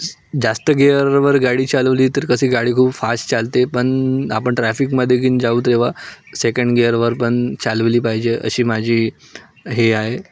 स् जास्त गिअरवर गाडी चालवली तर कशी गाडी खूप फास्ट चालते पण आपण ट्रॅफिकमध्ये कीन जाऊ तेव्हा सेकंड गिअरवर पण चालवली पाहिजे अशी माझी हे आहे